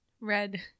red